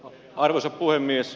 arvoisa puhemies